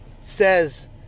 says